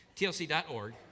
tlc.org